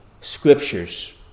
Scriptures